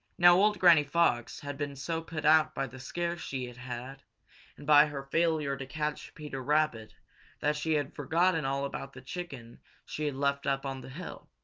now old granny fox had been so put out by the scare she had had and by her failure to catch peter rabbit that she had forgotten all about the chicken she had left up on the hill.